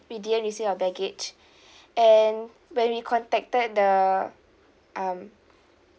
we didn't receive our baggage and when we contacted the um